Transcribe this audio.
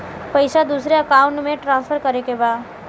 पैसा दूसरे अकाउंट में ट्रांसफर करें के बा?